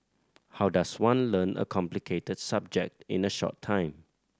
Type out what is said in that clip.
how does one learn a complicated subject in a short time